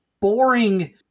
boring